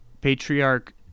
Patriarch